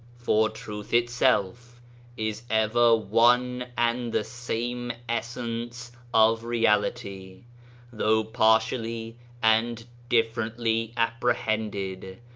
for truth itself is ever one and the same essence of reality though partially and differently appre hended,